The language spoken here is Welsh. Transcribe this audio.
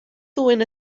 ddwyn